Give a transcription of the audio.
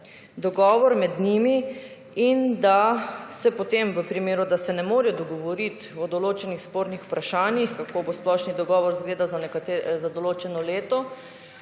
dogovor med njimi in da se potem v primeru, da se ne morejo dogovoriti v določenih spornih vprašanjih kako bo splošni dogovor zgledal za določeno leto..